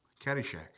Caddyshack